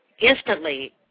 instantly